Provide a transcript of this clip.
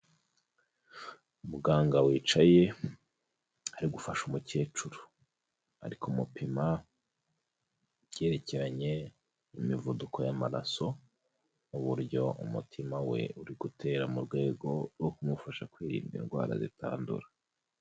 Muganga wicaye ari gufasha umukecuru. ari kumupima ibyerekeranye n'imivuduko y'amaraso n'uburyo umutima we uri gutera mu rwego rwo kumufasha kwirinda indwara zitandura.